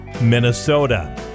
Minnesota